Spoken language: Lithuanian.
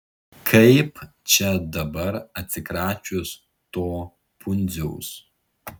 kaip čia dabar atsikračius to pundziaus